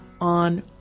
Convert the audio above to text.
on